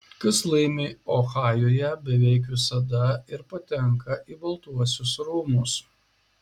kas laimi ohajuje beveik visada ir patenka į baltuosius rūmus